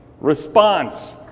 Response